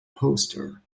poster